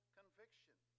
conviction